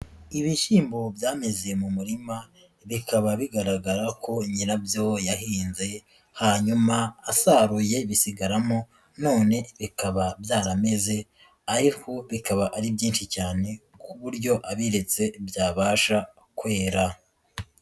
Ibishyimbo byameze mu murima, bikaba bigaragara ko nyirabyo yahinze hanyuma asaruye bisigaramo, none bikaba byarameze ariko bikaba ari byinshi cyane ku buryo abiretse byabasha kwera.